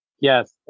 Yes